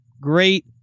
great